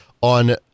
on